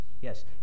Yes